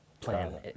plan